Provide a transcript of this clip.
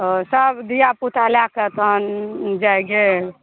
ओ सब धियापुता लए कऽ तहन जाइ गेल